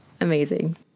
amazing